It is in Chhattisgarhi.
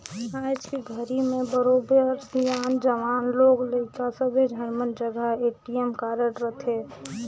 आयज के घरी में बरोबर सियान, जवान, लोग लइका सब्बे झन मन जघा ए.टी.एम कारड रथे